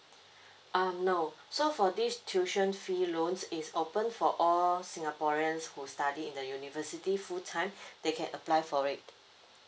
um no so for this tuition fee loans it's open for all singaporeans who study in the university full time they can apply for it